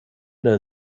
der